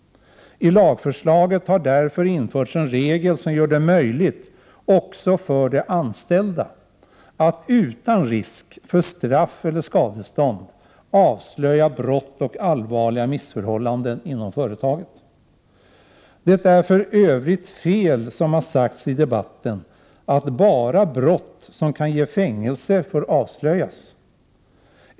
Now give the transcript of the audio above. I lagförslaget har därför införts en regel som gör det möjligt också för de anställda att utan risk för straff eller skadestånd avslöja brott och allvarliga missförhållanden inom företaget. Det är för övrigt fel att bara brott som kan ge fängelse får avslöjas, vilket har sagts i debatten.